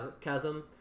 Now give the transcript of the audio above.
chasm